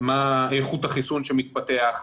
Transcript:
מה איכות החיסון שמתפתח,